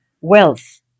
wealth